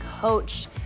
coach